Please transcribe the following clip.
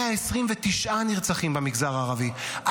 129 נרצחים במגזר הערבי,